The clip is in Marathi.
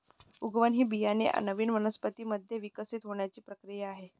उगवण ही बियाणे नवीन वनस्पतीं मध्ये विकसित होण्याची प्रक्रिया आहे